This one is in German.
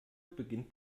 beginnt